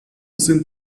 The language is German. sind